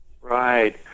Right